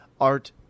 art